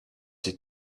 sie